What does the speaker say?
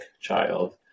child